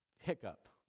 hiccup